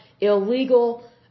illegal